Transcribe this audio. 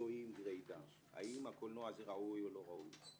מקצועיים גרידא האם הקולנוע הזה ראוי או לא ראוי,